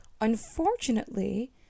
Unfortunately